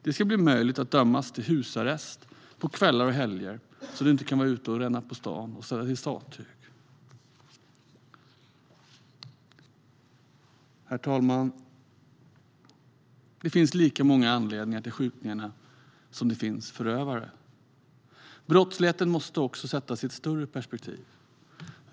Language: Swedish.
Det ska bli möjligt att dömas till husarrest på kvällar och helger, så att man inte kan vara ute och ränna på stan och ställa till sattyg. Herr talman! Det finns lika många anledningar till skjutningarna som det finns förövare. Brottsligheten måste också sättas i ett större perspektiv.